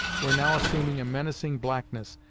were now assuming a menacing blackness,